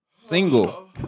single